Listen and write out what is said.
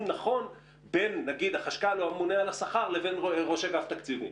נכון בין החשכ"ל לממונה על השכר לבין ראש אגף התקציבים